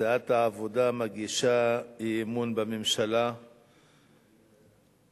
סיעת העבודה מגישה אי-אמון בממשלה בשל